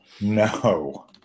No